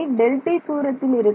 Δt தூரத்தில் இருக்கும்